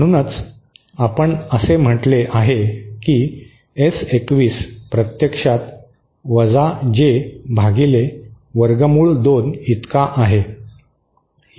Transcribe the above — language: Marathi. म्हणूनच आपण असे म्हटले आहे की एस 21 प्रत्यक्षात वजा जे भागिले वर्गमूळ दोन इतका आहे